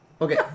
Okay